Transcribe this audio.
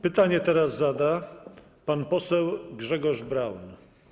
Pytanie teraz zada pan poseł Grzegorz Braun.